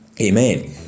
Amen